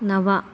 नव